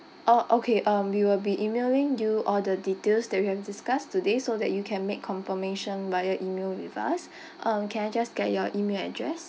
oh okay um we will be emailing you all the details that we have discussed today so that you can make confirmation via email with us um can I just get your email address